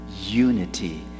unity